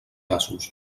asos